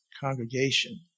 congregation